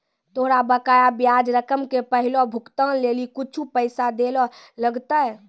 तोरा बकाया ब्याज रकम के पहिलो भुगतान लेली कुछुए पैसा दैयल लगथा